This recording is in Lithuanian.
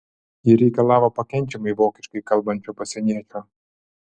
ji reikalavo pakenčiamai vokiškai kalbančio pasieniečio